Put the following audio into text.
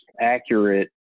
accurate